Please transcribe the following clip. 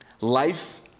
Life